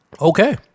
Okay